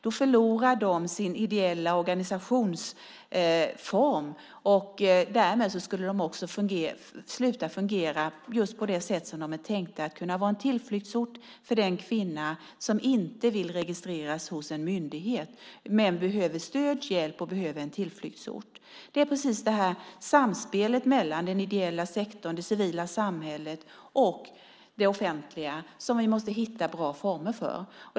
Då förlorar de sin ideella organisationsform, och därmed skulle de också sluta fungera just på det sätt som de är tänkta, att kunna vara en tillflyktsort för den kvinna som inte vill registreras hos en myndighet men som behöver stöd, hjälp och en tillflyktsort. Det är precis detta samspel mellan den ideella sektorn, det civila samhället och det offentliga som vi måste hitta bra former för.